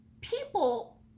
People